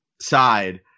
side